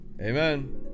amen